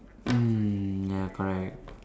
mm ya correct